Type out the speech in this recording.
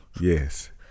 yes